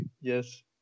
Yes